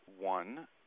one